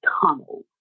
tunnel